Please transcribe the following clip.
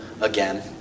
again